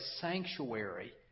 sanctuary